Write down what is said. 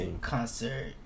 concert